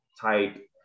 type